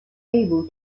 able